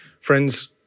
Friends